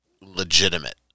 legitimate